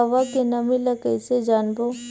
हवा के नमी ल कइसे जानबो?